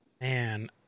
Man